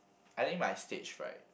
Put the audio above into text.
I think I have stage fright